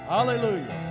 Hallelujah